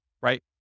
right